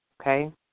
okay